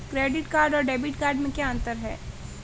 Credit card और debit card में क्या अंतर है?